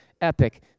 epic